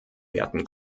werten